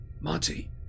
Monty